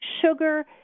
Sugar